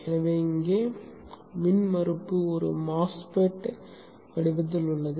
எனவே இங்கே மின்மறுப்பு ஒரு MOSFET வடிவத்தில் உள்ளது